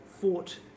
fought